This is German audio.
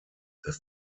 das